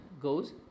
goes